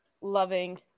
loving